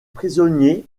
prisonniers